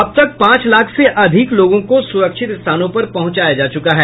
अब तक पांच लाख से अधिक लोगों को सुरक्षित स्थानों पर पहुंचाया जा चुका है